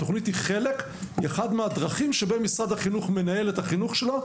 התוכנית היא חלק ואחת מהדרכים שבהם משרד החינוך מנהל את החינוך שלו,